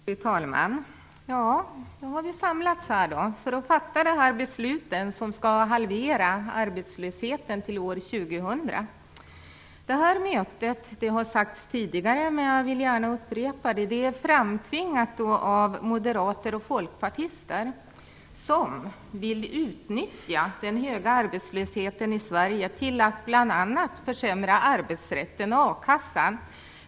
Fru talman! Nu har vi samlats för att fatta de beslut som skall halvera arbetslösheten till år 2000. Detta möte - det har sagts tidigare, men jag vill gärna upprepa det - är framtvingat av moderater och folkpartister som vill utnyttja den höga arbetslösheten i Sverige till att bl.a. försämra arbetsrätten och akassan.